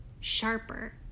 sharper